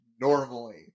normally